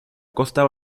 costa